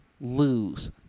lose